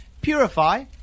Purify